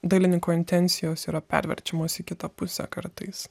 dailininko intencijos yra perverčiamos į kitą pusę kartais